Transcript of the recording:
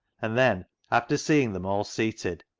and then, after seeing them all seated,